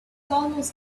almost